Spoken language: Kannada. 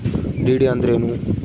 ಡಿ.ಡಿ ಅಂದ್ರೇನು?